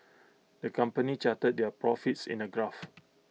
the company charted their profits in A graph